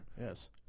Yes